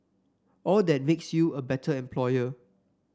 all that makes you a better employer